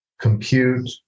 compute